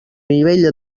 nivell